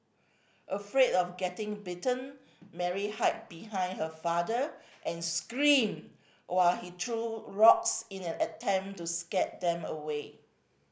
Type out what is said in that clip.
afraid of getting bitten Mary hide behind her father and screamed while he threw rocks in an attempt to scare them away